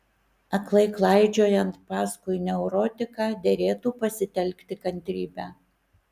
aklai klaidžiojant paskui neurotiką derėtų pasitelkti kantrybę